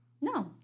No